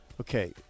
Okay